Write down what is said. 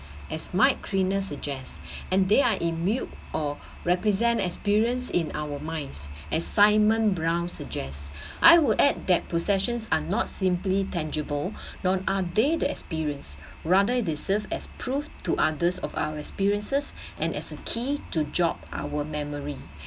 as might suggests and they are immune or represent experience in our minds assignment brown suggests I'd add that processions are not simply tangible nor are they the experience rather they serve as proved to others of our experiences and as a key to jot our memory